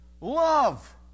love